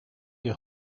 your